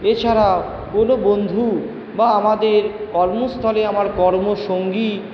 এছাড়া কোনো বন্ধু বা আমাদের কর্মস্থলে আমার কর্মসঙ্গী